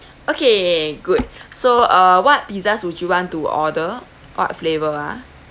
okay good so uh what pizzas would you want to order what flavour ah